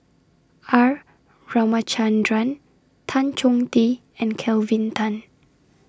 R Ramachandran Tan Chong Tee and Kelvin Tan